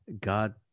God